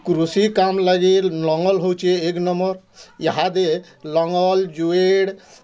କୃଷି କାମ୍ ଲାଗି ଲଙ୍ଗଲ୍ ହଉଛେ ଏକ ନମ୍ବର୍ ଇହାଦେ ଲଙ୍ଗଲ୍ ଯୁଏଡ଼